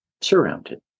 surrounded